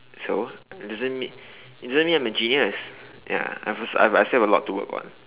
so doesn't mean it doesn't mean I'm a genius ya I'm also I I still have a lot to work on